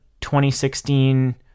2016